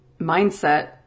mindset